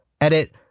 Edit